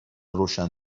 روشن